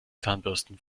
zahnbürsten